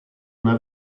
una